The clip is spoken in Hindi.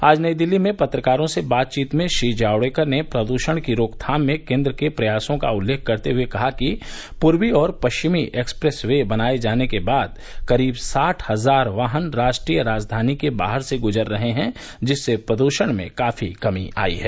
आज नई दिल्ली में पत्रकारों से बातचीत में श्री जावड़ेकर ने प्रदूषण की रोकथाम में केन्द्र के प्रयासों का उल्लेख करते हए कहा कि पूर्वी और पश्चिमी एक्सप्रेस वे बनाए जाने के बाद करीब साठ हजार वाहन राष्ट्रीय राजधानी के बाहर से गुजर रहे हैं जिससे प्रदूषण में काफी कमी आई है